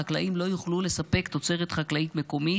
החקלאים לא יוכלו לספק תוצרת חקלאית מקומית.